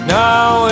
now